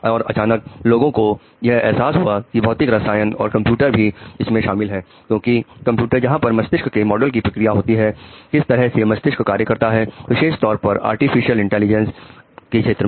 और अचानक लोगों को यह एहसास हुआ कि भौतिकी रसायन और कंप्यूटर भी इसमें शामिल है क्योंकि कंप्यूटर जहां पर मस्तिष्क के मॉडल की प्रक्रिया होती है किस तरह से मस्तिष्क कार्य करता है विशेष तौर पर आर्टिफिशियल इंटेलिजेंस के क्षेत्र में